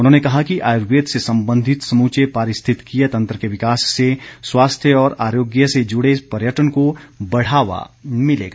उन्होंने कहा कि आयुर्वेद से संबंधित समूचे पारिस्थितिकीय तंत्र के विकास से स्वास्थ्य और आरोग्य से जुडे पर्यटन को बढावा मिलेगा